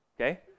Okay